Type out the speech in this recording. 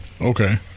Okay